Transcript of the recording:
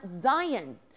Zion